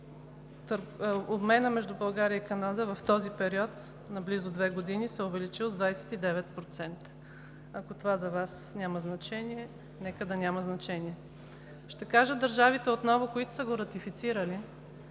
обменът между България и Канада в този период на близо две години се е увеличил с 29%. Ако това за Вас няма значение, нека да няма значение. Ще кажа отново държавите, които са го ратифицирали.